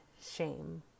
shame